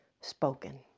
spoken